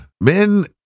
men